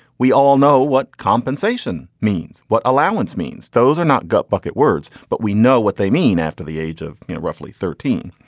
we all know what compensation means what allowance means. those are not gut bucket words but we know what they mean after the age of you know roughly thirteen.